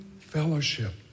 fellowship